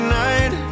night